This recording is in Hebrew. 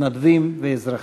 מתנדבים ואזרחים.